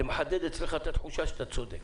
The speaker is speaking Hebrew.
זה מחדד אצלך את התחושה שאתה צודק.